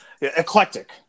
eclectic